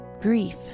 Grief